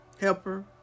helper